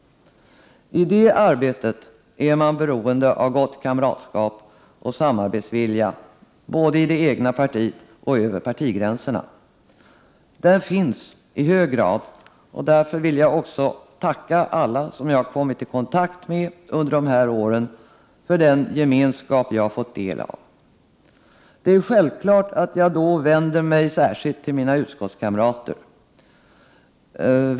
I det arbetet är man beroende av gott kamratskap och en samarbetsvilja, både i det egna partiet och över partigränserna. Den finns i hög grad, och jag vill tacka alla som jag har kommit i kontakt med under de här åren för den gemenskap jag har fått del av. Det är självklart att jag då vänder mig särskilt till mina utskottskamrater.